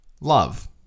love